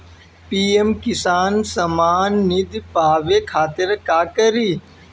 PM Kisan Saman Nidhi पावे खातिर का करी?